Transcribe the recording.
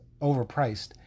overpriced